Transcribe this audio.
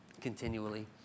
continually